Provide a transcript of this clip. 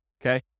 okay